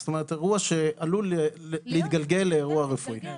זאת אומרת אירוע שעלול להתגלגל לאירוע רפואי.